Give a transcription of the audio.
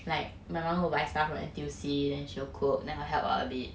like my mother will buy stuff from N_T_U_C then she will cook then I'll help out a bit